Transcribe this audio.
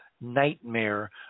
nightmare